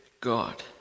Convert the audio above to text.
God